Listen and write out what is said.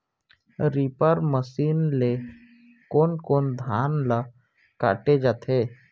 Reaper machine ले कोन कोन धान ल काटे जाथे?